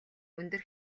өндөр